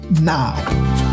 now